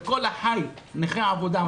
וכך גם כל אחיי נכי העבודה,